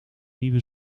nieuwe